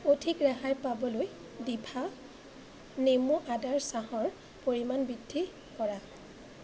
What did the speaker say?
অধিক ৰেহাই পাবলৈ ডিভা নেমু আদাৰ চাহৰ পৰিমাণ বৃদ্ধি কৰা